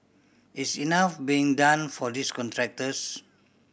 is enough being done for these contractors